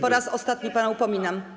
Po raz ostatni pana upominam.